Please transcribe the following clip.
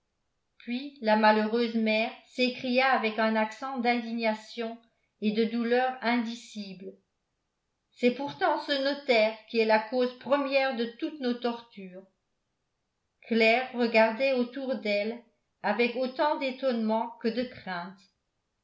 puis la malheureuse mère s'écria avec un accent d'indignation et de douleur indicible c'est pourtant ce notaire qui est la cause première de toutes nos tortures claire regardait autour d'elle avec autant d'étonnement que de crainte